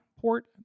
port